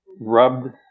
rubbed